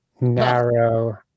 narrow